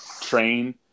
train